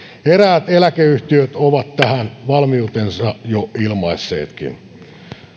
eräät eläkeyhtiöt ovat tähän valmiutensa jo ilmaisseetkin